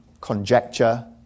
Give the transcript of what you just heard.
conjecture